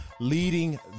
leading